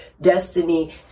destiny